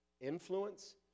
Influence